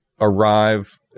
arrive